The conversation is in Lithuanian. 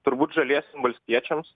turbūt žaliesiem valstiečiams